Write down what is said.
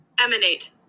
Emanate